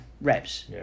reps